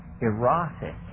erotic